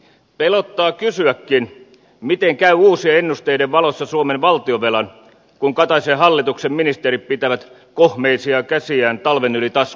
pelottaa kysyäkin miten käy uusien ennusteiden valossa suomen valtionvelan kun kataisen hallituksen ministerit pitävät kohmeisia käsiään talven yli taskuissaan